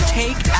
take